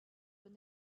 when